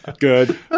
Good